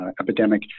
epidemic